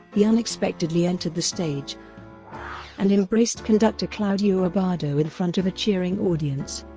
he unexpectedly entered the stage and embraced conductor claudio abbado in front of a cheering audience.